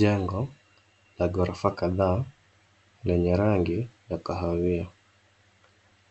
Jengo la ghorofa kadhaa lenye rangi ya kahawia